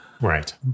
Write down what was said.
Right